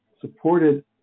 supported